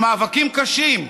במאבקים קשים,